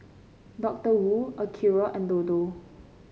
Doctor Wu Acura and Dodo